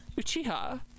Uchiha